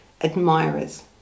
admirers